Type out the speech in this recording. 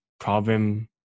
Problem